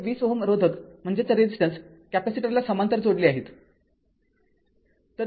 हे २०Ω रोधक कॅपेसिटरला समांतर जोडले आहे